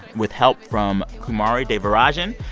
with help from kumari devarajan.